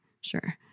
sure